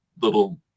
little